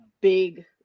big